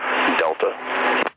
Delta